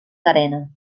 carena